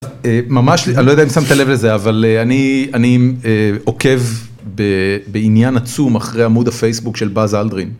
ממש, אני לא יודע אם שמת לב לזה, אבל אני, אני, עוקב בעניין עצום אחרי עמוד הפייסבוק של באז אולדרין.